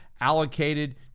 allocated